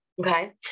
Okay